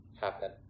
happen